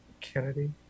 Kennedy